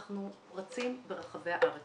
אנחנו רצים ברחבי הארץ.